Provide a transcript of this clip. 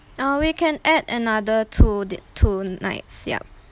uh we can add another two d~ two nights yup